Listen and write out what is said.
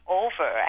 over